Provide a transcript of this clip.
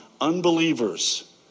unbelievers